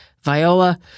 Viola